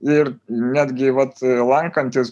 ir netgi vat lankantis